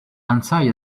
entire